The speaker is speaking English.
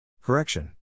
Correction